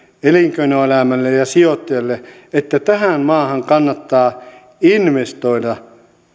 elinkeinoelämälle ja sijoittajille että tähän maahan kannattaa investoida